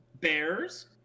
Bears